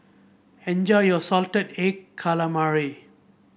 enjoy your Salted Egg Calamari